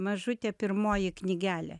mažutė pirmoji knygelė